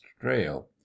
trail